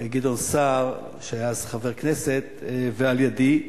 גדעון סער, שהיה אז חבר כנסת, ועל-ידי,